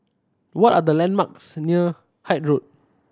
what are the landmarks near Hythe Road